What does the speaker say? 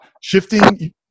shifting